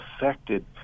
affected